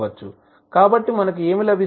కాబట్టి మనకు ఏమి లభిస్తుంది